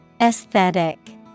Aesthetic